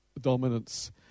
dominance